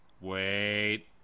Wait